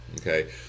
Okay